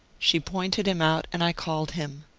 she pointed him out and i called him.